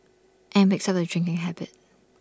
and picks up A drinking habit